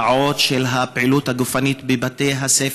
השעות של הפעילות הגופנית בבתי הספר.